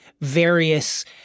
various